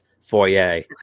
foyer